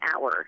hour